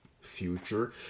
future